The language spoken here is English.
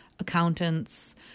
Accountants